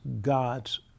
God's